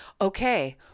Okay